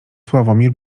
sławomir